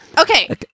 Okay